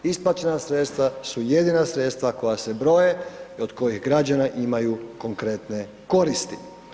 Isplaćena sredstva su jedina sredstva koja se broje i od kojih građani imaju konkretne koristi.